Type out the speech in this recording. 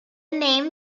name